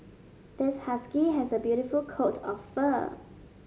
this husky has a beautiful coat of fur